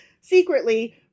Secretly